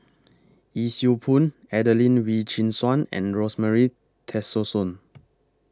Yee Siew Pun Adelene Wee Chin Suan and Rosemary Tessensohn